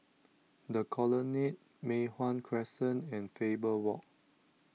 the Colonnade Mei Hwan Crescent and Faber Walk